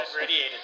radiated